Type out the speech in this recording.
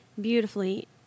beautifully